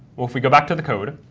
well, if we go back to the code,